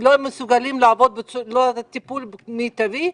לא מסוגלים לעבוד בטיפול מיטבי,